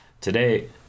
Today